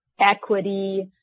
equity